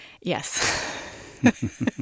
Yes